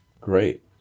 great